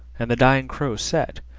and the dying crow said,